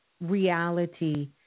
reality